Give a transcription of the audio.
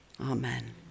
Amen